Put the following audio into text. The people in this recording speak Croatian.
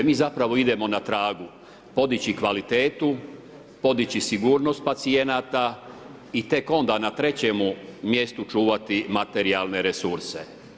Mi zapravo idemo na tragu podići kvalitetu, podići sigurnost pacijenata i tek onda na trećemu mjestu, čuvati materijalne resurse.